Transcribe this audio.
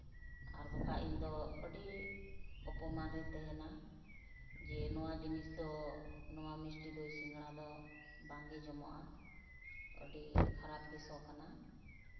ᱟᱨ ᱵᱟᱠᱷᱟᱡ ᱤᱧᱫᱚ ᱟᱹᱰᱤ ᱚᱯᱚᱢᱟᱱ ᱨᱤᱧ ᱛᱟᱦᱮᱱᱟ ᱡᱮ ᱱᱚᱣᱟ ᱡᱤᱱᱤᱥ ᱫᱚ ᱱᱚᱣᱟ ᱢᱤᱥᱴᱤ ᱫᱳᱭ ᱥᱤᱸᱜᱟᱲᱟ ᱫᱚ ᱵᱟᱝᱜᱮ ᱡᱚᱢᱚᱜᱼᱟ ᱟᱹᱰᱤ ᱠᱷᱟᱨᱟᱯ ᱜᱮ ᱥᱚ ᱠᱟᱱᱟ